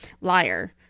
Liar